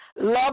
Love